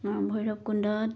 অঁ ভৈৰৱকুণ্ডত